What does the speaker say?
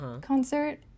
concert